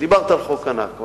דיברת על חוק ה"נכבה".